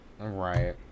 right